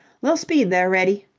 li'l speed there, reddy.